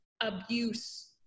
abuse